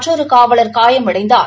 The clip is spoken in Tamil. மற்றொரு காவலர் காயமடைந்தார்